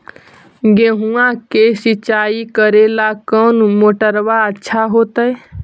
गेहुआ के सिंचाई करेला कौन मोटरबा अच्छा होतई?